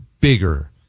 bigger